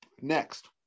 next